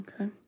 Okay